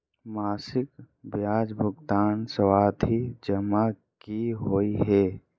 मासिक ब्याज भुगतान सावधि जमा की होइ है?